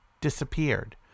disappeared